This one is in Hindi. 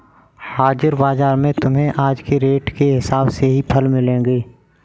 हाजिर बाजार में तुम्हें आज के रेट के हिसाब से ही फल मिलेंगे